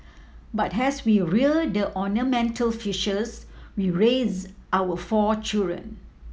but has we rear the ornamental fishes we raised our four children